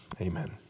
amen